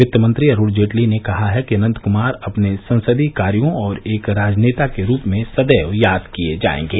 वित्तमंत्री अरूण जेटली ने कहा है कि अनंत क्मार अपने संसदीय कार्यो और एक राजनेता के रूप में सदैव याद किये जायेंगे